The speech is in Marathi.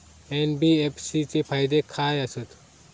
एन.बी.एफ.सी चे फायदे खाय आसत?